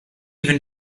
even